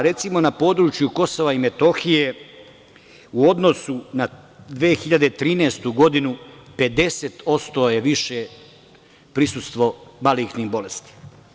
Recimo, na području Kosova i Metohije je u odnosu na 2013. godinu, 50% je više prisustvo malignih bolesti.